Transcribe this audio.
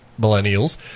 millennials